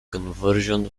conversion